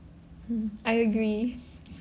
hmm I agree